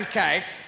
cake